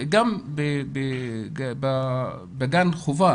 גם בגן חובה